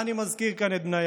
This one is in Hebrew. אבל למה אני מזכיר כאן את בניה?